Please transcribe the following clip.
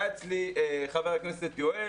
היה אצלי חבר הכנסת יואל.